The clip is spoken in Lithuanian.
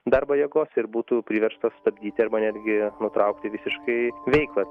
darbo jėgos ir būtų priverstos stabdyti arba netgi nutraukti visiškai veiklą